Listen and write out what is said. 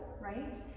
right